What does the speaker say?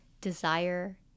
Desire